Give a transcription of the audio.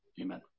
Amen